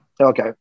Okay